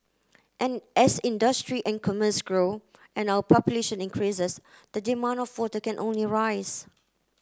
as industry and commerce grow and our population increases the demand for water can only rise